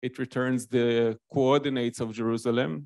It returns the coordinates of Jerusalem.